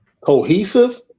Cohesive